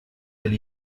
del